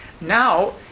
now